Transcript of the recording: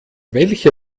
welche